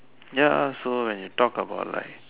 ya so when we talk about like